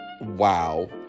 wow